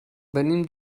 venim